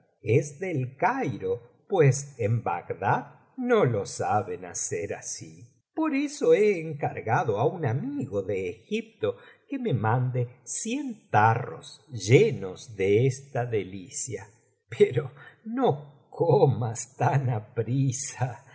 es del cairo pues en bagdad no lo saben hacer así por eso he encargado á un amigo de egipto que me mande cien tarros llenos de esta delicia pero no comas tan aprisa